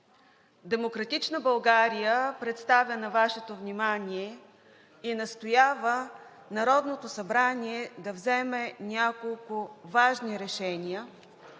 „Демократична България“ представя на Вашето внимание и настоява Народното събрание да вземе няколко важни решения,